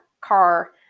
car